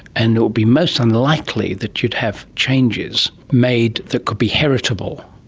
and it would be most unlikely that you'd have changes made that could be heritable.